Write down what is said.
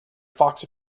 fox